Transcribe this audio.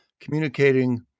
communicating